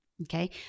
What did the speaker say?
Okay